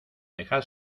dejad